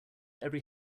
every